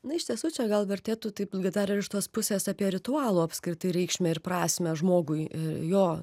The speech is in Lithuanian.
na iš tiesų čia gal vertėtų taip dar ir iš tos pusės apie ritualų apskritai reikšmę ir prasmę žmogui jo